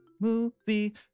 movie